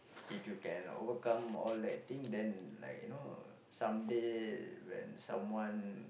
if you can overcome all that thing then like you know someday when someone